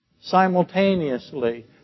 simultaneously